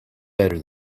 better